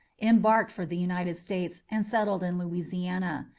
embarked for the united states, and settled in louisiana.